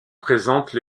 présentent